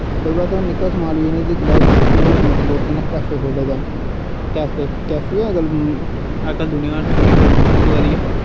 ओह्दै बाद निक्का हारा बी समान बी जि'यां दिक्खी लैओ मेरे दोस्तें नै कैफे खोह्लले दे ऐ कैफे कैफे अज कल दुनियां थोह्ड़ा अडवांस होआ दी ऐ